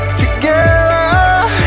together